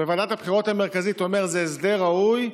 אומר בוועדת הבחירות המרכזית שזה הסדר ראוי,